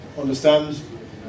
understand